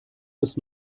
bis